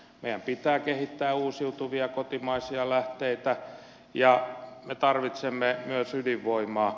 meidän pitää kehittää uusiutuvia kotimaisia lähteitä ja me tarvitsemme myös ydinvoimaa